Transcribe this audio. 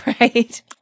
right